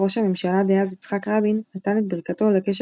רוה"מ דאז יצחק רבין נתן את ברכתו לקשר